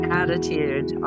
attitude